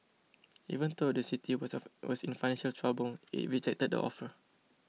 even though the city was was in financial trouble it rejected the offer